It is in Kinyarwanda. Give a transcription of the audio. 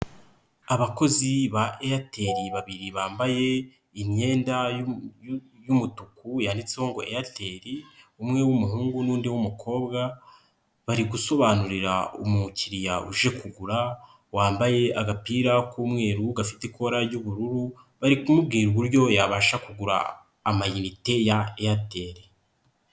Abakozi ba Eyateri babiri, bambaye imyenda y'umutuku yaricongo Eyateri, umwe w'umuhungu, n'undi w'umukobwa, bari gusobanurira umukiriya uje kugura, wambaye agapira k'umweru gafite kora y'ubururu, bari kumubwira uburyo yabasha kugura amayite ya Eyateri.